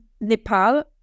Nepal